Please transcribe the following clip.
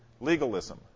Legalism